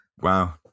Wow